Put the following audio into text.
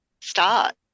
start